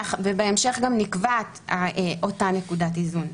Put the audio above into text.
ובהמשך גם נקבעת אותה נקודת איזון.